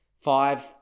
five